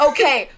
Okay